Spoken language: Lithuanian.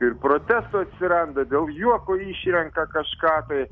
ir protestų atsiranda dėl juoko išrenka kažką tai